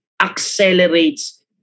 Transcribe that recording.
accelerates